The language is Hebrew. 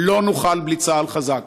לא נוכל בלי צה"ל חזק,